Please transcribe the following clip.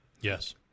Yes